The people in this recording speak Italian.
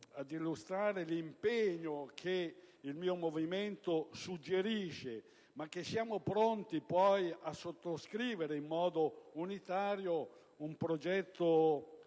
l'impegno che il mio movimento suggerisce, ma che siamo pronti poi a sottoscrivere in modo unitario: un progetto